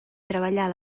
treballar